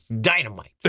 dynamite